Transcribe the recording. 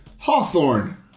Hawthorne